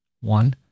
One